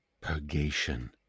purgation